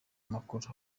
amakuru